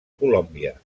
colòmbia